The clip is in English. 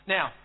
Now